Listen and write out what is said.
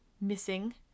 missing